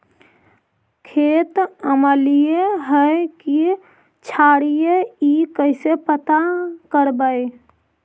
खेत अमलिए है कि क्षारिए इ कैसे पता करबै?